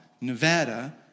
Nevada